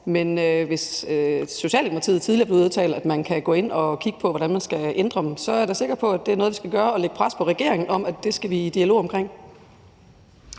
Men Socialdemokratiet har tidligere udtalt, at man kan gå ind og kigge på, hvordan man skal ændre dem, og så er jeg da sikker på, at det er noget, vi skal gøre, og vi skal lægge pres på regeringen for, at vi skal i dialog omkring